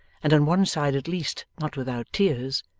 and on one side at least not without tears,